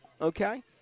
okay